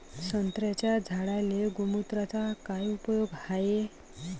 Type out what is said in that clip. संत्र्याच्या झाडांले गोमूत्राचा काय उपयोग हाये?